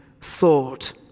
thought